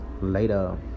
Later